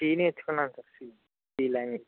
C నేర్చుకున్నాను sir C language